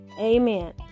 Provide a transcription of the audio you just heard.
Amen